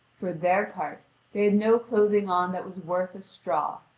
for their part they had no clothing on that was worth a straw,